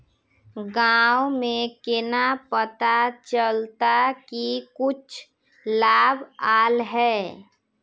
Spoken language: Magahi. गाँव में केना पता चलता की कुछ लाभ आल है?